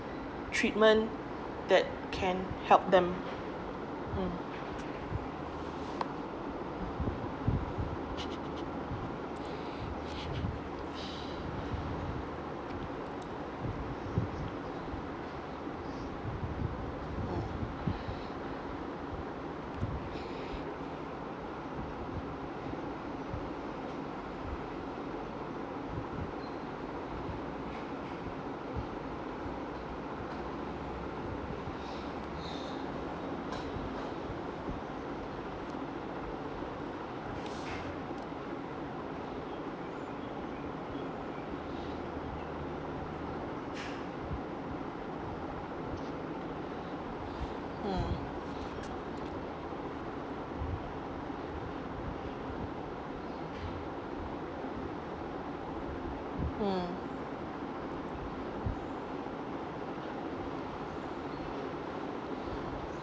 treatment that can help them mm mm mm mm